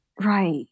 Right